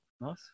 Nice